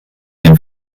den